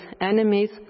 enemies